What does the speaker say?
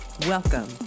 Welcome